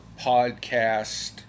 podcast